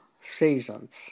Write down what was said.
seasons